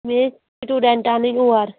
مےٚ ٲسۍ سٔٹوٗڈنٛٹ اَنٕنۍ اور